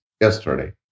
yesterday